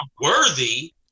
worthy